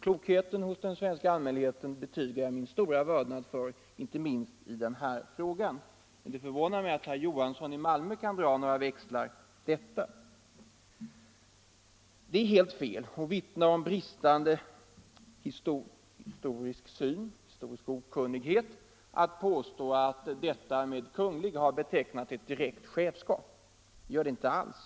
Klokheten hos den svenska allmänheten betygar jag alltså min stora vördnad för, inte minst i den här frågan. Men det förvånar mig att herr . Johansson i Malmö kan dra några växlar på detta. Det är helt fel och vittnar om historisk okunnighet att påstå att Kunglig har betecknat ett direkt chefskap. Det har det inte alls.